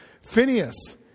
Phineas